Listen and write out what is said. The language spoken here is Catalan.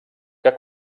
que